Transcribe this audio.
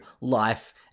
life